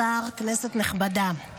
לאומי לצורך הכנתה לקריאה השנייה והשלישית.